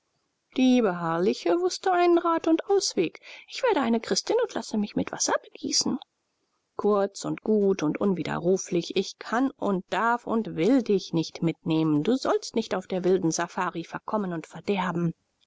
die beharrliche wußte einen rat und ausweg ich werde eine christin und lasse mich mit wasser begießen kurz und gut und unwiderruflich ich kann und darf und will dich nicht mitnehmen du sollst nicht auf der wilden safari verkommen und verderben